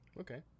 Okay